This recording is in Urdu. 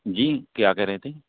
جی کیا کہہ رہے تھے